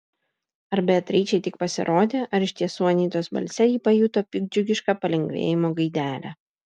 ar beatričei tik pasirodė ar iš tiesų anytos balse ji pajuto piktdžiugišką palengvėjimo gaidelę